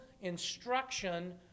instruction